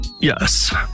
Yes